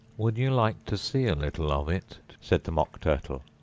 would you like to see a little of it said the mock turtle.